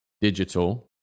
digital